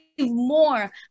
more